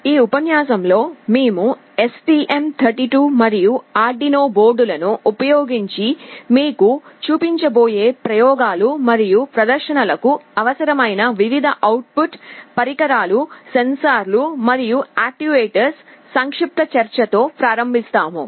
ఈ ఉపన్యాసం లో మేము STM32 మరియు Arduino బోర్డులను ఉపయోగించి మీకు చూపించబోయే ప్రయోగాలు మరియు ప్రదర్శనలకు అవసరమైన వివిధ అవుట్ పుట్ పరికరాలు సెన్సార్ లు మరియు యాక్యుయేటర్లపై సంక్షిప్త చర్చ తో ప్రారంభిస్తాము